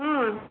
ಹ್ಞೂ